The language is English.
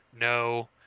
no